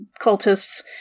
cultists